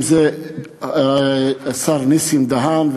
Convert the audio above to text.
אם זה השר נסים דהן,